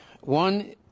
One